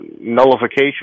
nullification